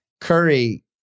Curry